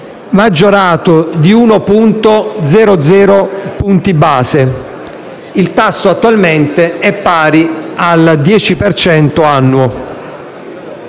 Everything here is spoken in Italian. maggiorato di 1.000 punti base. Il tasso attualmente è pari al 10 per